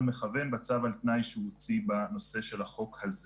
מכוון בצו על תנאי שהוא הוציא בנושא של החוק הזה.